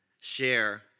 share